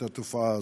את התופעה הזאת,